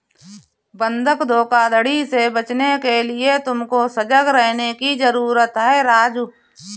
बंधक धोखाधड़ी से बचने के लिए तुमको सजग रहने की जरूरत है राजु